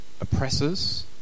oppressors